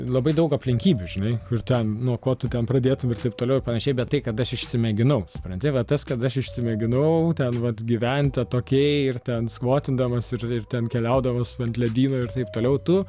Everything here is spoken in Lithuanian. labai daug aplinkybių žinai ir ten nuo ko tu ten pradėtum ir taip toliau ir panašiai bet tai kad aš išmėginau supranti va tas kad aš išsimėginau ten vat gyventi atokiai ir ten svotindamas ir ir ten keliaudamas ant ledyno ir taip toliau tu